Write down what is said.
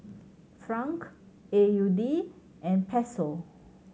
Franc A U D and Peso